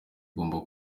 ugomba